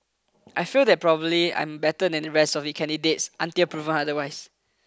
I feel that probably I am better than the rest of the candidates until proven otherwise